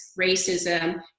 racism